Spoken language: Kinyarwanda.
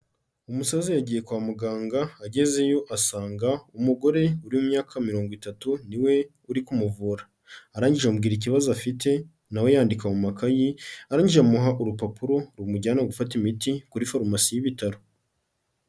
Umusaza yagiye kwa muganga agezeyo asanga umugore uri mu myaka mirongo itatu ni we uri kumuvura, arangije ambwira ikibazo afite na we yandika mu makayi, arangije amuha urupapuro rumujyana gufata imiti kuri farumasi y'ibitaro.